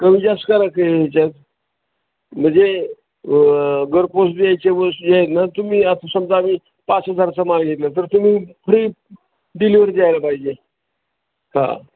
कमी जास्त करा की याच्यात म्हणजे घरपोच द्यायच्या वस्तू जे आहेत ना तुम्ही आता समजा आम्ही पाच हजाराचा माल घेतला तर तुम्ही फ्री डिलिवरी द्यायला पाहिजे हां